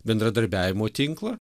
bendradarbiavimo tinklą